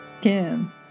Kim